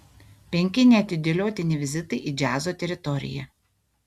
penki neatidėliotini vizitai į džiazo teritoriją